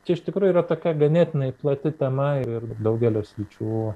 čia iš tikrųjų yra tokia ganėtinai plati tema ir ir daugelio sričių